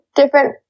different